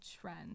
trend